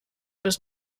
bis